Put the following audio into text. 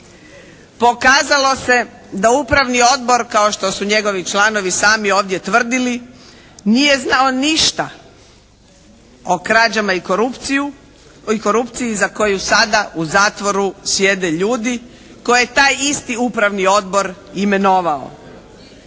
pokazalo se da upravni odbor kao što su njegovi članovi sami ovdje tvrdili nije znao ništa o krađama i korupciji za koju sada u zatvoru sjede ljudi koji je taj isti upravni odbor imenovao.